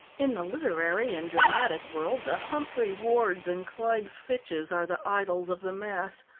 in the literary and dramatic world, the humphrey wards and clyde fitches are the idols of the mass,